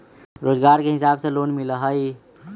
रोजगार के हिसाब से लोन मिलहई?